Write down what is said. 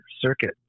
circuit